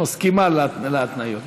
מסכימה להתניות,